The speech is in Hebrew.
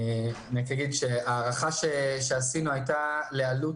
אגיד רק שההערכה שעשינו הייתה לגבי עלות